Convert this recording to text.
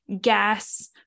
gas